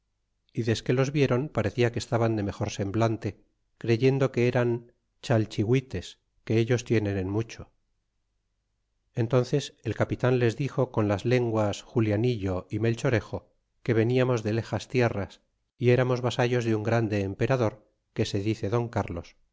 y desque los viéron parecia que estaban de mejor semblante creyendo que eran chalchihuites queullos tienen en mucho enténces el capitan les duro con las lenguas julianillo é melchorejo que veniamos de lejos tierras y eramos vasallos de un grande emperador que se dice don cárlos